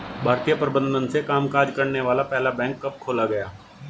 भारतीय प्रबंधन से कामकाज करने वाला पहला बैंक कब खोला गया?